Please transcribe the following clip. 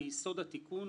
בוקר טוב.